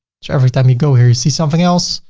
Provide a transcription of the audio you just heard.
so every time you go here, you see something else.